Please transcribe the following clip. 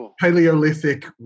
Paleolithic